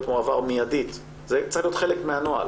מועבר מידית זה צריך להיות חלק מהנוהל